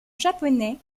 japonais